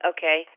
Okay